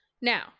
now